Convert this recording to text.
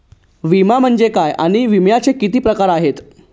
विमा म्हणजे काय आणि विम्याचे किती प्रकार आहेत?